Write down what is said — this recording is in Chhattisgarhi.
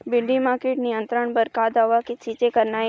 भिंडी म कीट नियंत्रण बर का दवा के छींचे करना ये?